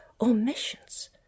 Omissions